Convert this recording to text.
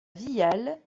viale